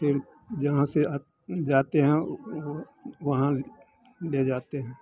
फिर जहाँ से जाते हैं वो वहाँ ले जाते हैं